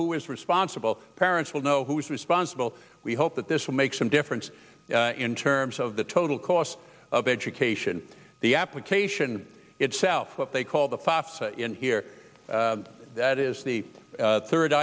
who is responsible parents will know who's responsible we hope that this will make some difference in terms of the total cost of education the application itself what they call the fafsa in here that is the third